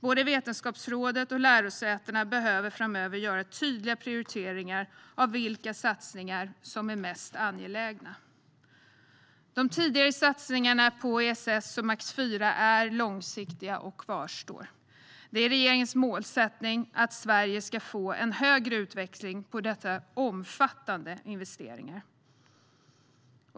Både Vetenskapsrådet och lärosätena behöver framöver göra tydliga prioriteringar av vilka satsningar som är mest angelägna. De tidigare satsningarna på ESS och Max IV är långsiktiga och kvarstår. Det är regeringens målsättning att Sverige ska få en högre utväxling på dessa omfattande investeringar.